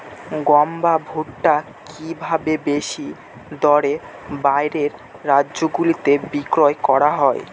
গম বা ভুট্ট কি ভাবে বেশি দরে বাইরের রাজ্যগুলিতে বিক্রয় করা য়ায়?